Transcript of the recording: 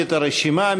עוד לא נעלתי את הרשימה.